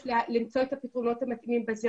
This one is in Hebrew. אם לא ניקח את העניינים לידיים שלנו וחס